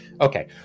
Okay